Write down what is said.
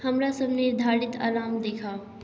हमरा सब निर्धारित अलार्म देखाउ